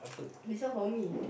this one for me